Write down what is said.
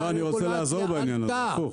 הרגולציה עלתה,